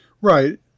Right